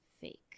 fake